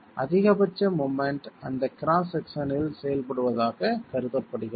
அதிகபட்ச மொமெண்ட் அந்த கிராஸ் செக்ஷனில் செயல்படுவதாக கருதப்படுகிறது